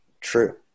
true